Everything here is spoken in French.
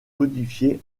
modifié